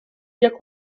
jak